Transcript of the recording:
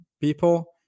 people